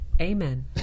Amen